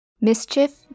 Mischief